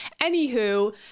Anywho